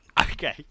Okay